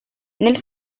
nel